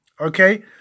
Okay